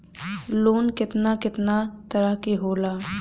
Loan केतना केतना तरह के होला?